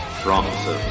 promise